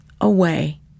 away